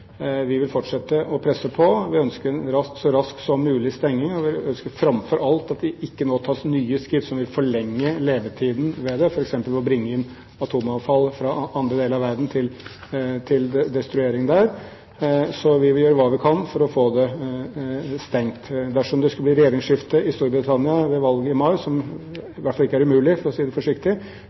Vi vil fortsette med å presse på. Vi ønsker en så rask som mulig stenging. Og vi ønsker framfor alt at det ikke tas nye skritt som vil forlenge levetiden, f.eks. ved å bringe inn atomavfall fra andre deler av verden til destruering der. Så vi vil gjøre hva vi kan for å få det stengt. Dersom det skulle bli regjeringsskifte i Storbritannia ved valget i mai, som i hvert fall ikke er umulig – for å si det forsiktig